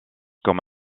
comme